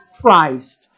Christ